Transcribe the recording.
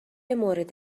مورد